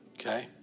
Okay